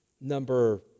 number